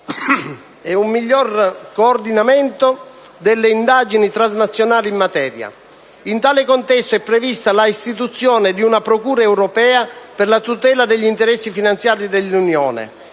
e un miglior coordinamento delle indagini transnazionali in materia. In tale contesto è prevista l'istituzione di una Procura europea per la tutela degli interessi finanziari dell'Unione.